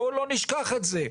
בואו לא נשכח את זה.